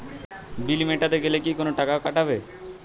বিল মেটাতে গেলে কি কোনো টাকা কাটাবে?